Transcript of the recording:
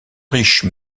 riche